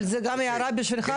אבל זו גם הערה בשבילך,